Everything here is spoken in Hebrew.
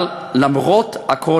אבל למרות הכול,